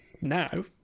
Now